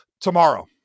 tomorrow